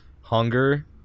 Hunger